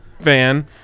fan